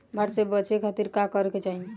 बाढ़ से बचे खातिर का करे के चाहीं?